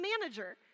manager